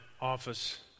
office